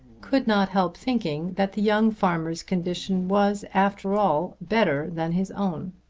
could not help thinking that the young farmer's condition was after all better than his own.